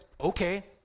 okay